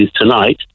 tonight